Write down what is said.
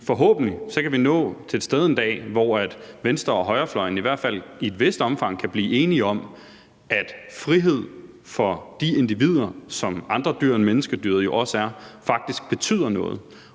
forhåbentlig kan vi en dag nå til et sted, hvor venstre- og højrefløjen i hvert fald i et vist omfang kan blive enige om, at frihed for de individer, som andre dyr end menneskedyret jo også er, faktisk betyder noget.